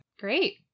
Great